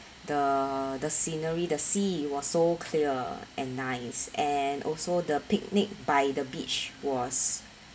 the the scenery the sea was so clear and nice and also the picnic by the beach was